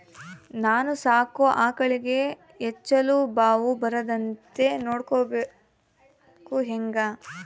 ನಾನು ಸಾಕೋ ಆಕಳಿಗೆ ಕೆಚ್ಚಲುಬಾವು ಬರದಂತೆ ನೊಡ್ಕೊಳೋದು ಹೇಗೆ?